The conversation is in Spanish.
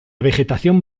vegetación